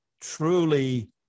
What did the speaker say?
truly